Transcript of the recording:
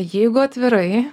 jeigu atvirai